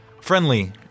friendly